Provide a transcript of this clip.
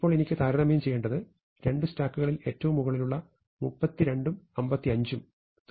ഇപ്പോൾ എനിക്ക് താരതമ്യം ചെയ്യേണ്ടത് രണ്ട് സ്റ്റാക്കുകളിൽ ഏറ്റവും മുകളിലുള്ള 32 ഉം 55 ഉം തമ്മിലാണ്